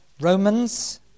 Romans